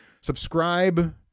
Subscribe